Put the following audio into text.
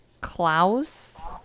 Klaus